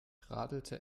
radelte